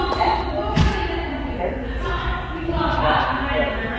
that moral treatment, sedulously pursued throughout the day,